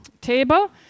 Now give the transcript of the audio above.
table